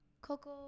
Coco